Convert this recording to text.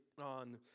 on